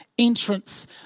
entrance